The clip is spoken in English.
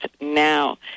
now